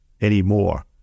anymore